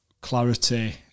clarity